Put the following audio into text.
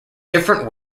different